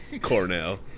Cornell